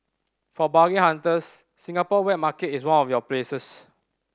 for bargain hunters Singapore wet market is one of your places